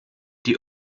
die